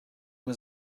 was